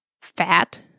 fat